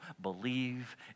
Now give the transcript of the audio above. Believe